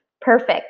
perfect